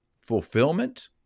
fulfillment